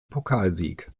pokalsieg